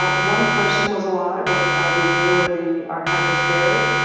one person was alive who knew where the archive was buried.